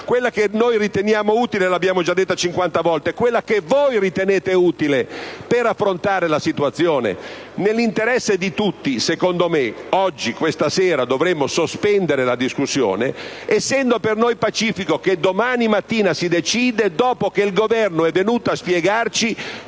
(quella che noi riteniamo utile l'abbiamo già detta cinquanta volte) ritenete utile per affrontare la situazione? Nell'interesse di tutti, secondo me questa sera dovremmo sospendere la discussione, essendo per noi pacifico che domani mattina si decide dopo che il Governo è venuto a spiegarci